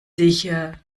sicher